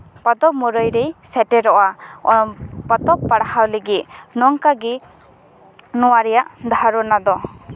ᱯᱚᱛᱚᱵ ᱢᱩᱨᱟᱹᱭ ᱨᱮ ᱥᱮᱴᱮᱨᱚᱜᱼᱟ ᱯᱚᱛᱚᱵ ᱯᱟᱲᱦᱟᱣ ᱞᱟᱹᱜᱤᱫ ᱱᱚᱝᱠᱟᱜᱮ ᱱᱚᱣᱟ ᱨᱮᱭᱟᱜ ᱫᱷᱟᱨᱚᱱᱟ ᱫᱚ